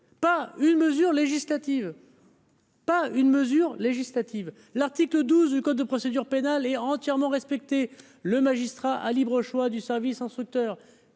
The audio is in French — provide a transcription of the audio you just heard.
Pas une mesure législative, l'article 12 du code de procédure pénale est entièrement respecté, le magistrat a libre choix du service en scooter,